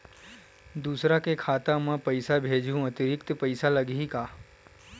दूसरा के खाता म पईसा भेजहूँ अतिरिक्त पईसा लगही का?